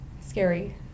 Scary